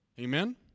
Amen